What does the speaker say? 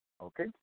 Okay